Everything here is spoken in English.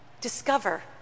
discover